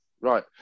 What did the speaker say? right